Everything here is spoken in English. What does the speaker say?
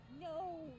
No